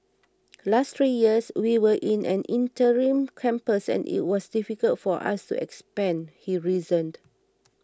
last three years we were in an interim campus and it was difficult for us to expand he reasoned